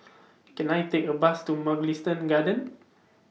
Can I Take A Bus to Mugliston Gardens